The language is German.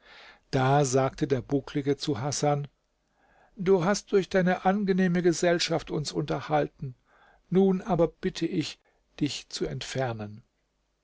da sagte der bucklige zu hasan du hast durch deine angenehme gesellschaft uns unterhalten nun aber bitte ich dich zu entfernen